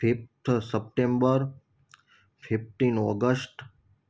fifth September fifteen August